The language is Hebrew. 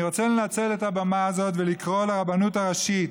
אני רוצה לנצל את הבמה הזאת ולקרוא לרבנות הראשית: